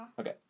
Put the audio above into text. Okay